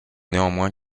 néanmoins